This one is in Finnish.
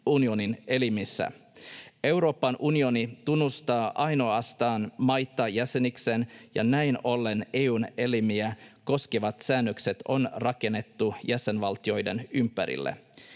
unionin elimissä. Euroopan unioni tunnustaa ainoastaan maita jäsenikseen, ja näin ollen EU:n elimiä koskevat säännökset on rakennettu jäsenvaltioiden ympärille.